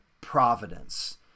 providence